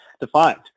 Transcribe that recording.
defined